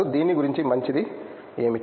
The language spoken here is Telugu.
దీని గురించి మంచిది ఏమిటి